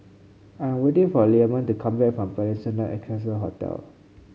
I'm waiting for Leamon to come back from Peninsula Excelsior Hotel